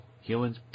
Humans